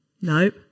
Nope